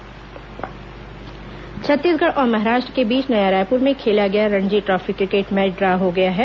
Ranji trophy Chhattisgarh और महाराष्ट्र के बीच नया रायपुर में खेला गया Ranji trophy cricket match draw हो गया है